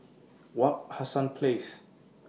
Wak Hassan Place